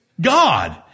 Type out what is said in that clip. God